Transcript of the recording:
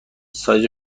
سایز